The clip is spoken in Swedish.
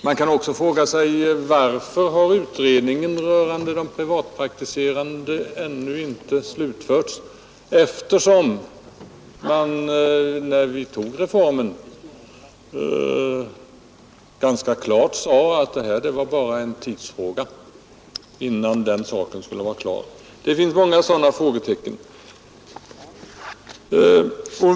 Man kan också fråga sig: Varför har utredningen rörande de privatpraktiserande läkarna ännu inte slutförts, eftersom man när vi antog reformen ganska klart sade att det bara var en tidsfråga innan den saken skulle vara klar. Det finns många sådana frågetecken.